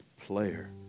player